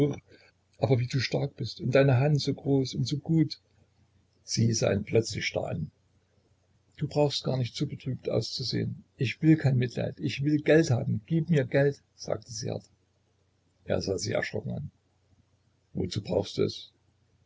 aber wie du stark bist und deine hand so groß und so gut sie sah ihn plötzlich starr an du brauchst gar nicht so betrübt auszusehen ich will kein mitleid ich will geld haben gib mir geld sagte sie hart er sah sie erschrocken an wozu brauchst du es